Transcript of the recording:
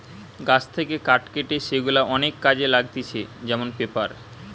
গাছ থেকে কাঠ কেটে সেগুলা অনেক কাজে লাগতিছে যেমন পেপার